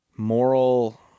moral